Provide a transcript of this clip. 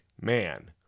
man